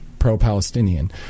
pro-Palestinian